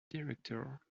director